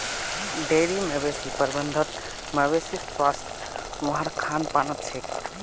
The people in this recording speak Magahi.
डेरी मवेशी प्रबंधत मवेशीर स्वास्थ वहार खान पानत छेक